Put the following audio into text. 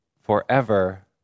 forever